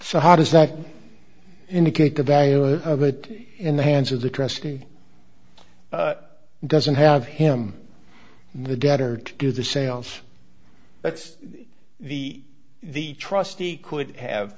so how does that indicate the value of it in the hands of the trustee doesn't have him the debtor to do the sales but the the trustee could have